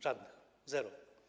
Żadnych, zero.